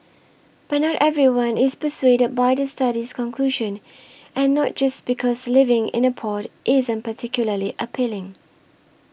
but not everyone is persuaded by the study's conclusion and not just because living in a pod isn't particularly appealing